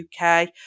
uk